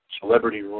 Celebrity